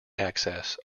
access